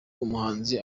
umuhanzi